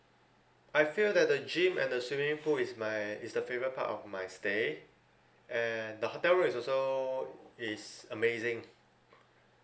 I feel that the gym and the swimming pool is my is the favourite part of my stay and the hotel is also is amazing